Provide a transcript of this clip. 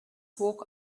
walk